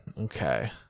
Okay